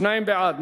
שניים בעד.